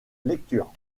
lecture